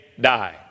die